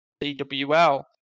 cwl